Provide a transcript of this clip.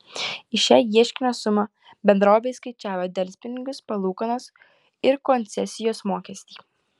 į šią ieškinio sumą bendrovė įskaičiavo delspinigius palūkanas ir koncesijos mokestį